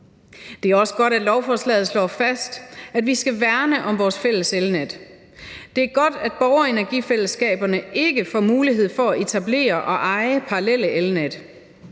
Det er også godt, at lovforslaget slår fast, at vi skal værne om vores fælles elnet. Det er godt, at borgerenergifællesskaberne ikke får mulighed for at etablere og eje parallelle elnet.